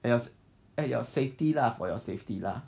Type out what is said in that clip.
it was at your safety lah for your safety lah